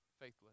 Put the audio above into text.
faithless